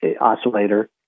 oscillator